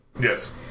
Yes